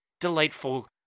delightful